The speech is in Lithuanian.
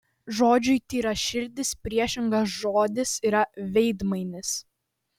žodžiui tyraširdis priešingas žodis yra veidmainis